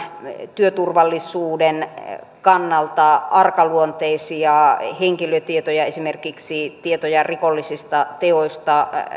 työturvallisuuden kannalta arkaluonteisia henkilötietoja esimerkiksi tietoja rikollisista teoista